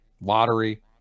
lottery